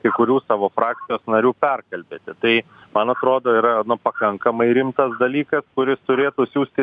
kai kurių savo frakcijos narių perkalbėti tai man atrodo yra pakankamai rimtas dalykas kuris turėtų siųsti